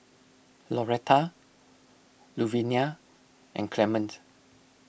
Loretta Luvinia and Clement